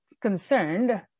concerned